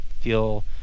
feel